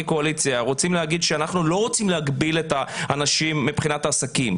כקואליציה רוצים להגיד שאנחנו לא רוצים להגביל את האנשים מבחינת העסקים,